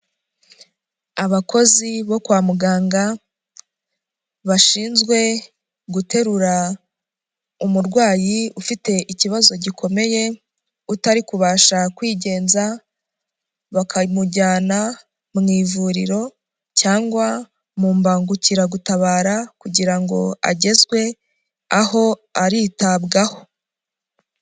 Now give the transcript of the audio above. Abakozi bo kwa muganga, bashinzwe guterura umurwayi ufite ikibazo gikomeye, utari kubasha kwigenza, bakamujyana mu ivuriro cyangwa mu mbangukiragutabara kugira ngo agezwe aho aritabwaho.